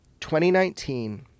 2019